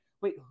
wait